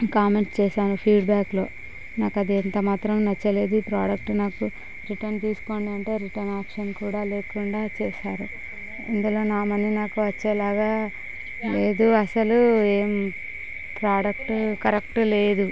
comment చేశాను ఫీడ్బ్యాక్లో నాకు అది ఎంత మాత్రం నచ్చలేదు ఈ ప్రోడక్ట్ రిటర్న్ తీసుకోండి అంటే రిటర్న్ ఆప్షన్ కూడా లేకుండా చేశారు ఇందులో నామని నాకు వచ్చేలాగా లేదు అసలు ఏం ప్రోడక్ట్ కరెక్ట్ లేదు